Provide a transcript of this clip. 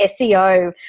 SEO